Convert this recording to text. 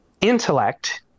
intellect